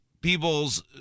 people's